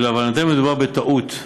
ולהבנתנו, מדובר בטעות,